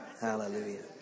Hallelujah